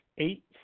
Eight